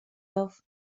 auf